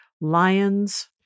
lions